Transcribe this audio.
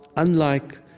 unlike,